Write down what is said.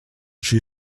she